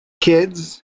kids